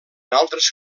altres